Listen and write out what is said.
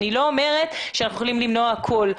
אני לא אומרת שאנחנו יכולים למנוע הכול.